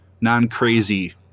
non-crazy